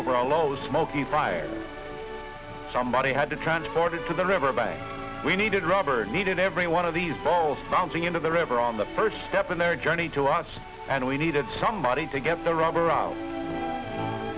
over a low smoky fire somebody had to transport it to the river bank we needed rubber needed every one of these balls bouncing into the river on the first step in their journey to us and we needed somebody to get the rubber o